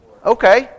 Okay